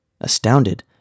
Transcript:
Astounded